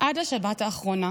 עד השבת האחרונה,